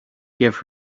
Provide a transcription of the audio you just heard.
give